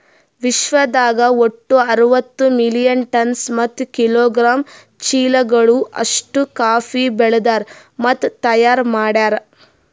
ವಿಶ್ವದಾಗ್ ಒಟ್ಟು ಅರವತ್ತು ಮಿಲಿಯನ್ ಟನ್ಸ್ ಮತ್ತ ಕಿಲೋಗ್ರಾಮ್ ಚೀಲಗಳು ಅಷ್ಟು ಕಾಫಿ ಬೆಳದಾರ್ ಮತ್ತ ತೈಯಾರ್ ಮಾಡ್ಯಾರ